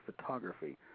Photography